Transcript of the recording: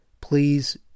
Please